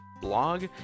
blog